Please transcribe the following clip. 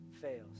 fails